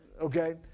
Okay